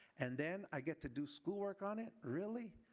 and then i get to do school work on it? really?